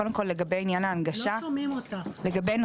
קודם כל לגבי נושא ההנגשה.